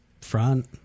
front